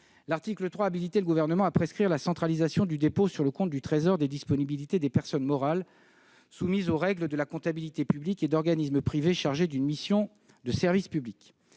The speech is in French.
L'article 3 visait à habiliter le Gouvernement à prescrire la centralisation du dépôt sur le compte du Trésor des disponibilités des personnes morales soumises aux règles de la comptabilité publique et d'organismes privés chargés d'une mission de service public.